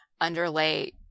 underlay